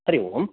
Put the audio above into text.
Hari Om